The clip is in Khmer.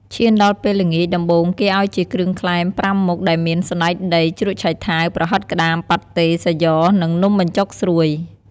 ឈានដល់ពេលល្ងាច ដំបូងគេឲ្យជាគ្រឿងក្លែម ៥មុខ ដែលមាន សណ្តែកដី ជ្រក់ឆៃថាវ ប្រហិតក្តាម ប៉ាត់តេ សាយ៉ និង នំបញ្ចុកស្រួយ។